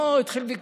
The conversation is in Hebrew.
לא, התחיל ויכוח.